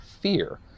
fear